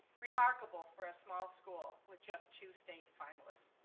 remarkable for a small school with just two state finalists.